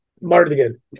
Martin